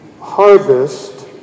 harvest